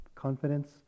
confidence